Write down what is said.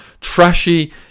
trashy